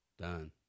Done